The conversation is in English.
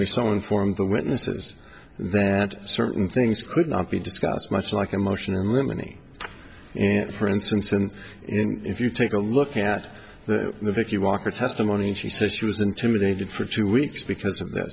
we saw informed the witnesses that certain things could not be discussed much like emotion and women e ant for instance and if you take a look at the vicky walker testimony she says she was intimidated for two weeks because of that